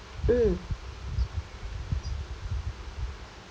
mm